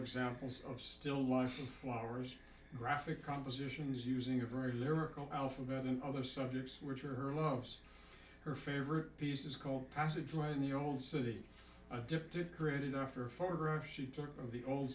examples of still life flowers graphic compositions using a very lyrical alphabet in other subjects which are her loves her favorite pieces called passageway in the old city addicted grid after a photograph she took of the old